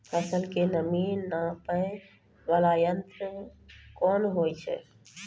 फसल के नमी नापैय वाला यंत्र कोन होय छै